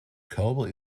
körper